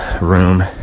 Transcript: room